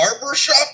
barbershop